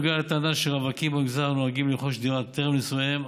בנוגע לטענה שרווקים במגזר נוהגים לרכוש דירה טרם נישואיהם,